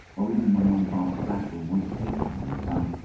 or even when one saw a scrap of waste paper lying about,